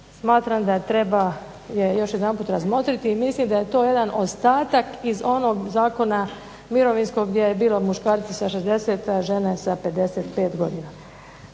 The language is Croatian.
smatram da treba je još jedanput razmotriti i mislim da je to jedan ostatak iz onog zakona mirovinskog gdje je bilo muškarci sa 60, a žene sa 55 godina.